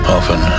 Often